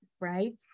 right